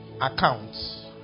accounts